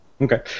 Okay